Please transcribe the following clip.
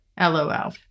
LOL